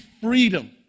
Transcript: freedom